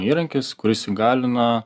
įrankis kuris įgalina